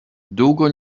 długo